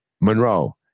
Monroe